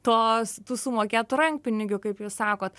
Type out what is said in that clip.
tos tų sumokėtų rankpinigių kaip jūs sakot